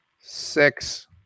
six